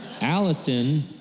Allison